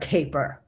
Caper